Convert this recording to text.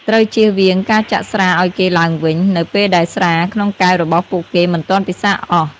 ត្រូវជៀសវាងការចាក់ស្រាឲ្យគេឡើងវិញ នៅពេលដែលស្រាក្នុងកែវរបស់ពួកគេមិនទាន់ពិសារអស់។